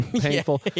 painful